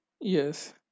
Yes